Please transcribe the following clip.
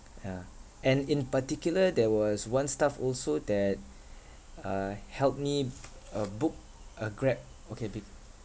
yeah and in particular there was one staff also that uh helped me uh book a grab okay because